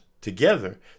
together